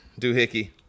Doohickey